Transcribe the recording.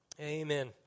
Amen